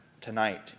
tonight